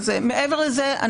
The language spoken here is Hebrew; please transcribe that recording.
מעבר לזה,